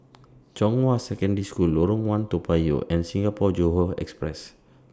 Zhonghua Secondary School Lorong one Toa Payoh and Singapore Johore Express